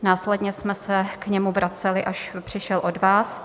Následně jsme se k němu vraceli, až přišel od vás.